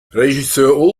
regisseur